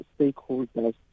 stakeholders